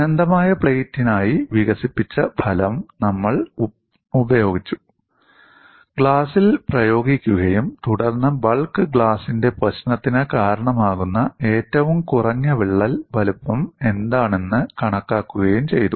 അനന്തമായ പ്ലേറ്റിനായി വികസിപ്പിച്ച ഫലം നമ്മൾ ഉപയോഗിച്ചു ഗ്ലാസിൽ പ്രയോഗിക്കുകയും തുടർന്ന് ബൾക്ക് ഗ്ലാസിന്റെ പ്രശ്നത്തിന് കാരണമാകുന്ന ഏറ്റവും കുറഞ്ഞ വിള്ളൽ വലുപ്പം എന്താണെന്ന് കണക്കാക്കുകയും ചെയ്തു